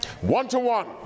One-to-one